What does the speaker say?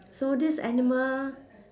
so this animal